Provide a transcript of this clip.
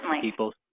...people